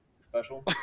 special